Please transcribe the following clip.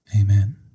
amen